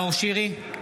(קורא בשמות חברי הכנסת) נאור שירי,